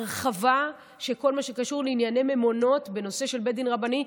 הרחבה של כל מה שקשור לענייני ממונות בנושא של בית דין רבני.